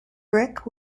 brick